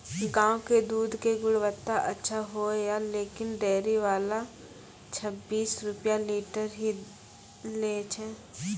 गांव के दूध के गुणवत्ता अच्छा होय या लेकिन डेयरी वाला छब्बीस रुपिया लीटर ही लेय छै?